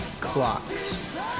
Clocks